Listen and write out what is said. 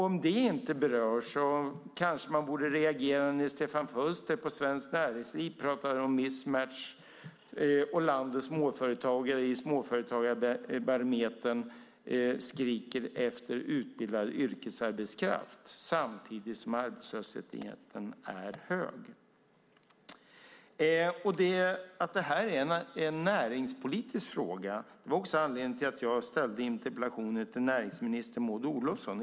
Om inte det berör kanske man borde reagera när Stefan Fölster på Svenskt Näringsliv pratar om missmatchning och landets småföretagare i Småföretagarbarometern skriker efter utbildad yrkesarbetskraft samtidigt som arbetslösheten är hög. Att det här är en näringspolitisk fråga var anledningen till att jag ställde interpellationen till näringsminister Maud Olofsson.